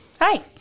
hi